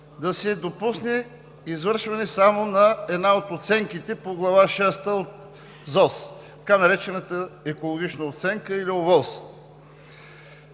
да се допусне извършване само на една от оценките по Глава шеста от ЗОС, така наречената „екологична оценка“ или ОВОС.